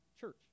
church